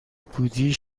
بودی